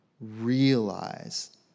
realize